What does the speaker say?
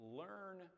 learn